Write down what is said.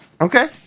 Okay